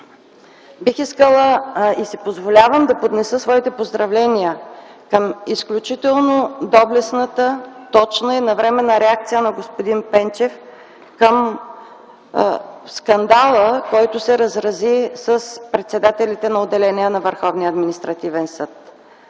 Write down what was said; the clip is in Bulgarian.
бих искала и си позволявам да поднеса своите поздравления към изключително доблестната, точна и навременна реакция на господин Пенчев към скандала, който се разрази с председателите на отделения на